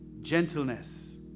gentleness